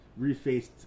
Refaced